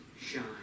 shine